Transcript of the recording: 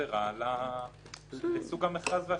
זה אמור להיכנס לתוקף בעוד שנתיים.